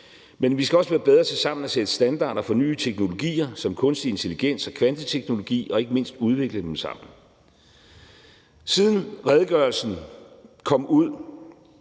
men vi skal også være bedre til sammen at sætte standarder for nye teknologier som kunstig intelligens og kvanteteknologi, og ikke mindst udvikle dem sammen. Siden redegørelsen kom ud,